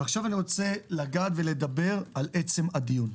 ועכשיו אני רוצה לגעת ולדבר על עצם הדיון.